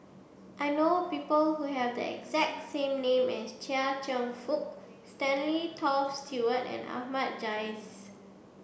I know people who have the exact same name as Chia Cheong Fook Stanley Toft Stewart and Ahmad Jais